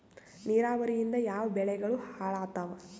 ನಿರಾವರಿಯಿಂದ ಯಾವ ಬೆಳೆಗಳು ಹಾಳಾತ್ತಾವ?